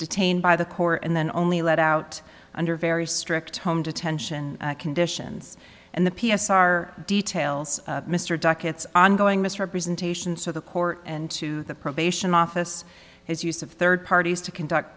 detained by the court and then only let out under very strict home detention conditions and the p s r details mr duckett's ongoing misrepresentation so the court and to the probation office his use of third parties to conduct